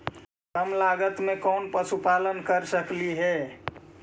कम लागत में कौन पशुपालन कर सकली हे?